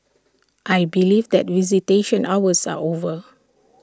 I believe that visitation hours are over